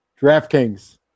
DraftKings